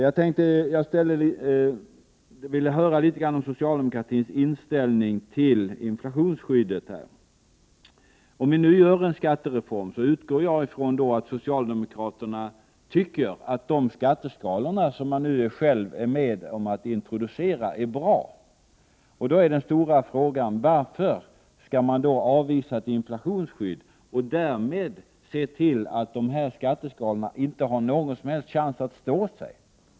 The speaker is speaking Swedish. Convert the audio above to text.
Jag ville höra litet grand om socialdemokratins inställning till inflationsskyddet. Jag utgår från att om vi genomför en skattereform, så tycker socialdemokraterna att de skatteskalor som de nu själva är med om att introducera är bra. Då är den stora frågan: Varför skall man avvisa ett inflationsskydd och därmed se till att det inte finns någon som helst chans att dessa skatteskalor skall stå sig?